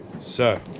Sir